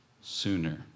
sooner